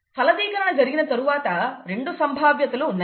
ఫలదీకరణ జరిగిన తరువాత రెండు సంభావ్యతలు ఉన్నాయి